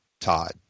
Todd